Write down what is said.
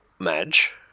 Madge